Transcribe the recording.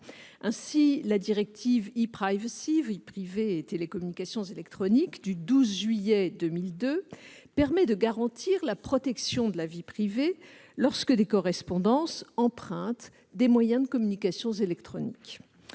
Ainsi, la directive Vie privée et communications électroniques du 12 juillet 2002 permet de garantir la protection de la vie privée lorsque des correspondances empruntent des moyens de communication électroniques.